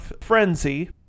frenzy